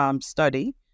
study